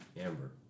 Amber